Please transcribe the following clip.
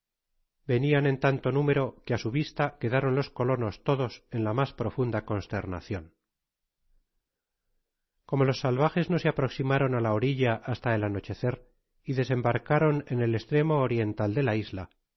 yenian en tanto número que á su vista quedaron los colonos todos en la mas profunda consternacion como los salvajes no se aproximaron á la orilla hasta el anochecer y desembarcaron en el estremo oriental de la isla